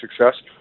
success